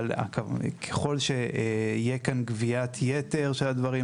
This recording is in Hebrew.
אבל ככל שתהיה כאן גביית יתר של הדברים,